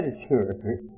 literature